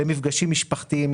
במפגשים משפחתיים,